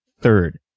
third